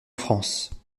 france